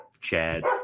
Chad